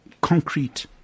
concrete